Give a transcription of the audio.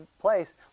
place